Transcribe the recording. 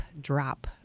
drop